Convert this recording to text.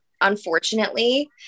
Unfortunately